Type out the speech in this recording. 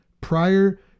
prior